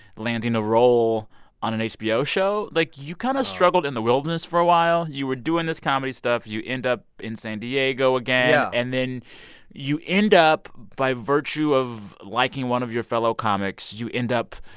landing a role on an hbo show. like, you kind of struggled in the wilderness for a while. you were doing this comedy stuff. you end up in san diego again yeah and then you end up by virtue of liking one of your fellow comics, you end up